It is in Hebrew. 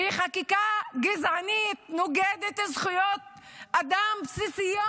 שהיא חקיקה גזענית, נוגדת זכויות אדם בסיסיות.